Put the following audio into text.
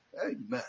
Amen